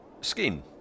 skin